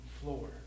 floor